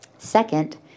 Second